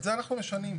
את זה אנחנו משנים.